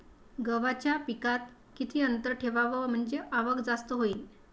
गव्हाच्या पिकात किती अंतर ठेवाव म्हनजे आवक जास्त होईन?